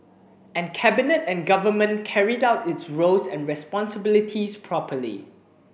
and Cabinet and Government carried out its roles and responsibilities properly